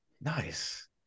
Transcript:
Nice